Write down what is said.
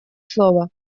слово